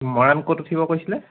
মৰাণ ক'ত উঠিব কৈছিলে